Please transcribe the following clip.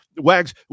wags